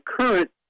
current